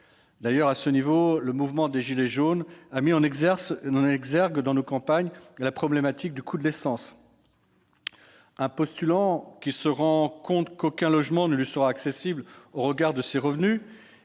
exigée. À ce niveau, le mouvement des « gilets jaunes » a mis en évidence dans nos campagnes la problématique du coût de l'essence. Un postulant qui se rend compte qu'aucun logement ne lui sera accessible au regard de ses revenus